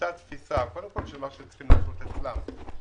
תפיסה של מה שהם צריכים לעשות אצלם,